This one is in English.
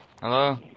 Hello